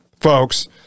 folks